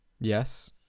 Yes